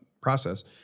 process